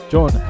John